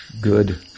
good